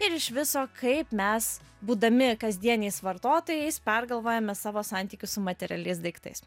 ir iš viso kaip mes būdami kasdieniais vartotojais pergalvojame savo santykius su materialiais daiktais